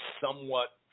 somewhat